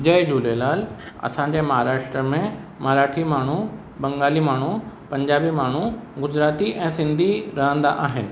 जय झूलेलाल असांजे महाराष्ट्र में माराठी माण्हू बंगाली माण्हू पंजाबी माण्हू गुजराती ऐं सिंधी रहंदा आहिनि